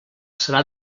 serà